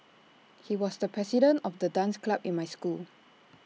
he was the president of the dance club in my school